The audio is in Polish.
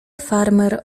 farmer